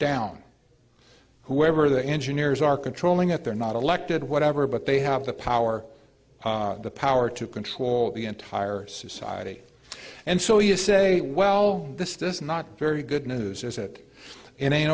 down whoever the engineers are controlling it they're not elected whatever but they have the power the power to control the entire society and so you say well this is not very good news is it in